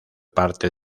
parte